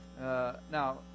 Now